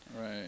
right